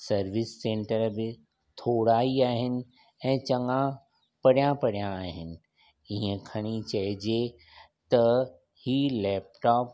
service centre बि थोरा ई आहिनि ऐं चंङा परिया परिया आहिनि इहा खणी चइजे त ई लैपटॉप